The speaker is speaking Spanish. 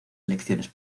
elecciones